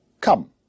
Come